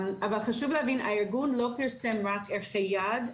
אבל חשוב להבין, הארגון לא פרסם רק ערכי יעד.